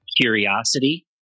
curiosity